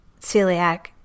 celiac